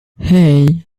hey